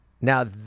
Now